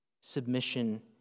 Submission